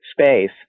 space